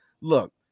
Look